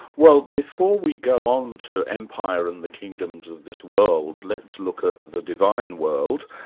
well before we go on to empire and the kingdoms of this world, let's look at the divine world.